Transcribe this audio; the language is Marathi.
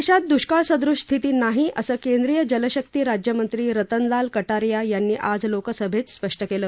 देशात दुष्काळ सदृश स्थिती नाही असं केंद्रीय जलशक्ती राज्यमंत्री रतनलाल कटारिया यांनी आज लोकसभेत स्पष्ट केलं